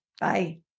Bye